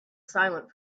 silent